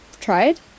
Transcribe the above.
tried